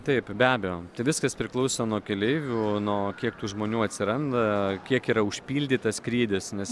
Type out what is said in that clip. taip be abejo viskas priklauso nuo keleivių nuo kiek tų žmonių atsiranda kiek yra užpildytas skrydis nes